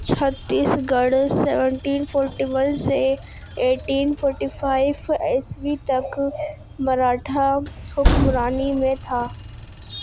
چھتیس گڑھ seventeen forty one سے ایٹین فورٹی فائیو عیسوی تک مراٹھا حکمرانی میں تھا